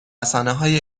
رسانههای